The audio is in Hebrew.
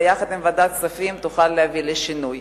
ויחד עם ועדת הכספים תוכל להביא לשינוי.